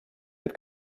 mit